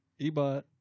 Ebot